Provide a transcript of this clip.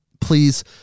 please